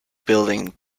building